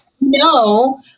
No